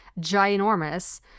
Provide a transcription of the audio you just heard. ginormous